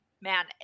man